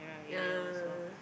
ah